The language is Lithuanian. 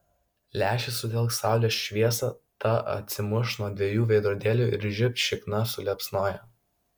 lęšis sutelks saulės šviesą ta atsimuš nuo dviejų veidrodėlių ir žibt šikna suliepsnoja